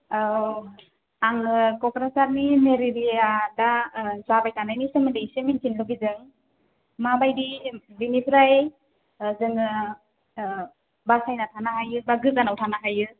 औ आङो क'क्राझारनि मेलेरिया दा जाबाय थानायनि सोमोन्दै एसे मिनथिनो लुबैदों माबायदि बिनिफ्राय जोङो बासायना थानो हायो बा गोजानाव थानो हायो